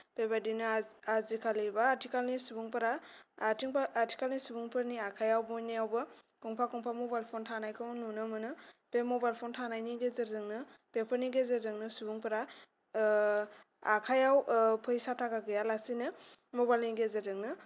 बेबादिनो आजिखालि एबा आथिखालनि सुबुंफोरा आथिं बा आथिखालनि सुबुंफोरनि आखाइयाव बयनियावबो गंफा गंफा मबाइल फन थानायखौ नुनो मोनो बे मबाइल फन थानायनि गेजेरजोंनो बेफोरनि गेजेरजोंनो सुबुंफोरा आखाइयाव फैसा थाखा गैयालासिनो मबाइलनि गेजेरजोंनो